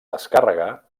descàrrega